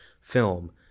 film